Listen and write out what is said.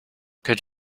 could